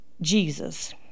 Jesus